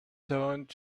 turned